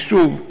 ושוב,